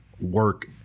work